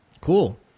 cool